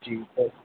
जी